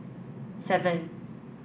seven